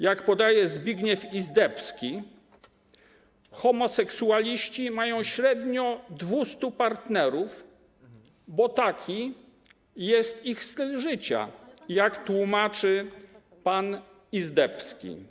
Jak podaje Zbigniew Izdebski, homoseksualiści mają średnio 200 partnerów, bo taki jest ich styl życia, jak tłumaczy pan Izdebski.